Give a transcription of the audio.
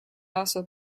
also